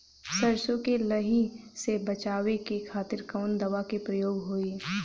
सरसो के लही से बचावे के खातिर कवन दवा के प्रयोग होई?